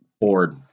bored